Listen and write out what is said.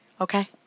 okay